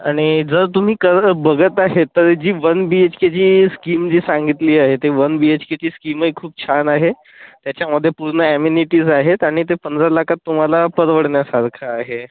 आणि जर तुम्ही खरं बघत आहे तर जी वन बी एच केची स्कीम जी सांगितली आहे ते वन बी एच केची स्कीमही खूप छान आहे त्याच्यामध्ये पूर्ण ॲमेनिटीज आहेत आणि ते पंधरा लाखात तुम्हाला परवडण्यासारखं आहे